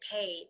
paid